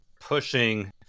pushing